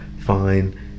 fine